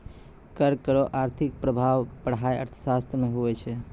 कर रो आर्थिक प्रभाब पढ़ाय अर्थशास्त्र मे हुवै छै